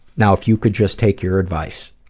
now if you could just take your advice,